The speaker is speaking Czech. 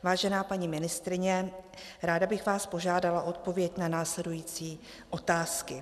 Vážená paní ministryně, ráda bych vás požádala o odpověď na následující otázky.